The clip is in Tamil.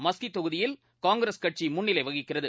மஸ்கி தொகுதியில் காங்கிரஸ் கட்சி முன்னிலை வகிக்கிறது